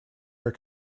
are